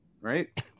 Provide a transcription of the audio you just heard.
Right